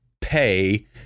pay